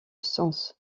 sens